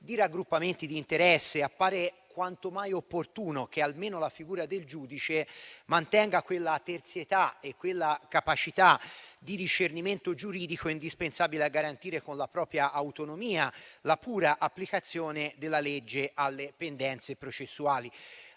di raggruppamenti di interesse, è quanto mai opportuno che almeno la figura del giudice mantenga quella terzietà e quella capacità di discernimento giuridico indispensabili a garantire, con la propria autonomia, la pura applicazione della legge alle pendenze processuali.